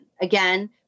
Again